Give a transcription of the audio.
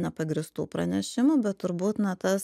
nepagrįstų pranešimų bet turbūt na tas